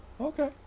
Okay